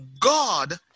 god